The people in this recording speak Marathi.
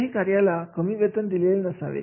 कोणत्याही कार्याला कमी वेतन दिलेले नसावे